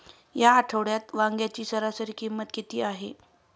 या आठवड्यात वांग्याची सरासरी किंमत किती आहे?